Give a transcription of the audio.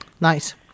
Nice